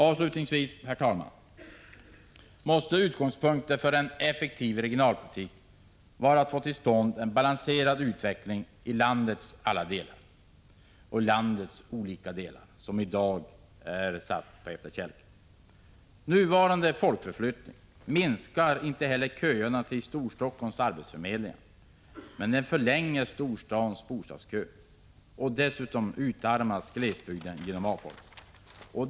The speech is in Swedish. Avslutningsvis, herr talman, måste utgångspunkten för en effektiv regionalpolitik vara att få till stånd en balanserad utveckling i landets olika delar, där flera delar i dag är satta på efterkälken. Nuvarande folkförflyttning minskar inte heller köerna till Storstockholms arbetsförmedlingar, men den förlänger storstadens bostadskö. Dessutom utarmas glesbygden genom avfolkning.